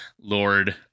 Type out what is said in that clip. lord